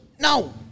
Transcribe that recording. no